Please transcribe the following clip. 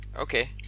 Okay